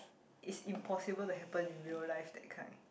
it's impossible to happen in real life that kind